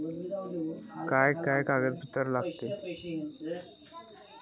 काय काय कागदपत्रा लागतील?